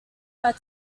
are